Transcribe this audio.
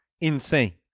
insane